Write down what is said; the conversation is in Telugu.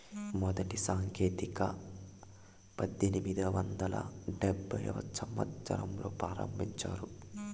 మొదటి సాంకేతికత పద్దెనిమిది వందల డెబ్భైవ సంవచ్చరంలో ప్రారంభించారు